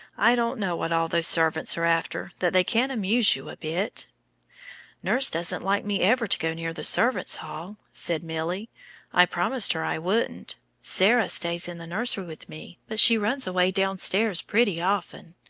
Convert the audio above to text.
i don't know what all those servants are after that they can't amuse you a bit. nurse doesn't like me ever to go near the servants' hall, said milly i promised her i wouldn't. sarah stays in the nursery with me, but she runs away downstairs pretty often.